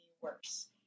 worse